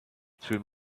through